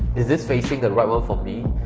is this facing the right one for me?